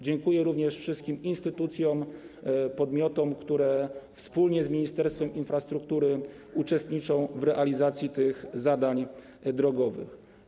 Dziękuję również wszystkim instytucjom, podmiotom, które wspólnie z Ministerstwem Infrastruktury uczestniczą w realizacji tych zadań drogowych.